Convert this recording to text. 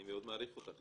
אני מאוד מעריך אותך,